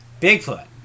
Bigfoot